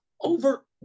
over